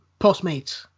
Postmates